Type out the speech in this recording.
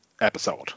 episode